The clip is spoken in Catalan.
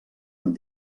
han